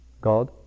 God